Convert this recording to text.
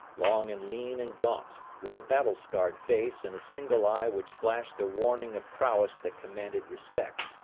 long and lean and gaunt, with a battle-scarred face and a single eye which flashed a warning of prowess that commanded respect.